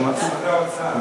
משרד האוצר.